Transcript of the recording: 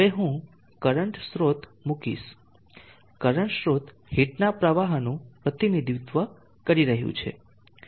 હવે હું કરંટ સ્રોત મૂકીશ કરંટ સ્રોત હીટના પ્રવાહનું પ્રતિનિધિત્વ કરી રહ્યું છે